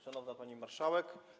Szanowna Pani Marszałek!